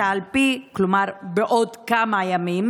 כלומר בעוד כמה ימים,